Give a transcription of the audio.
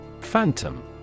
Phantom